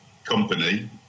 Company